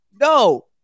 no